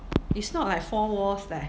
it's not like four walls leh